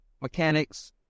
mechanics